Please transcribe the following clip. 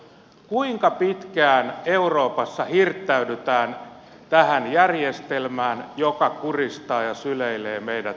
kuinka pitkään euroopassa hirttäydytään tähän järjestelmään joka kuristaa ja syleilee meidät hengiltä